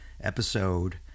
episode